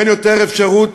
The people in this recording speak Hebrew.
ואין יותר אפשרות